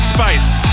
Spice